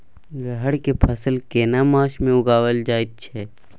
रहर के फसल केना मास में उगायल जायत छै?